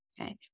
okay